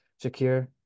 Shakir